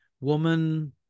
woman